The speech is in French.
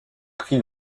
prix